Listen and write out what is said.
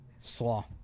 slaw